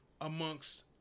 amongst